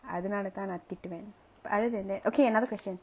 அதனாலதான் நா திட்டுவேன்:athanaalathan naa thittuvaen but other than okay another question